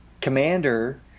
commander